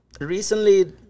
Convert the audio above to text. recently